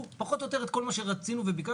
פחות או יותר את כל מה שרצינו וביקשנו,